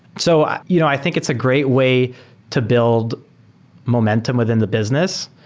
so i you know i think it's a great way to build momentum within the business.